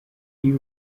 iyo